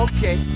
Okay